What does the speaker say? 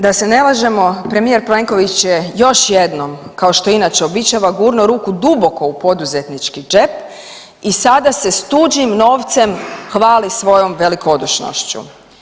Da se ne lažemo premijer Plenković je još jednom kao što inače uobičava gurnuo ruku duboko u poduzetnički džep i sada se s tuđim novcem hvali svojom velikodušnošću.